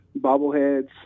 bobbleheads